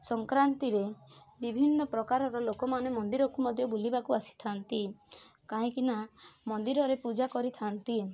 ସଂକ୍ରାନ୍ତିରେ ବିଭିନ୍ନ ପ୍ରକାରର ଲୋକମାନେ ମନ୍ଦିରକୁ ମଧ୍ୟ ବୁଲିବାକୁ ଆସିଥାନ୍ତି କାହିଁକିନା ମନ୍ଦିରରେ ପୂଜା କରିଥାନ୍ତି